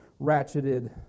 ratcheted